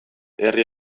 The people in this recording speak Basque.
herri